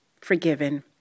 forgiven